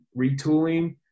retooling